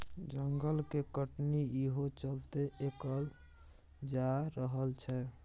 जंगल के कटनी इहो चलते कएल जा रहल छै